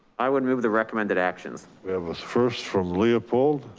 i would move the recommended actions. we have was first from leopold.